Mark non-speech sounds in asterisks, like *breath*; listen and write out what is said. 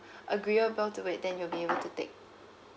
*breath* agreeable to it then you'll be able to take